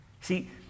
See